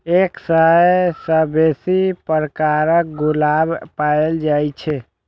एक सय सं बेसी प्रकारक गुलाब पाएल जाए छै